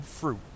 fruit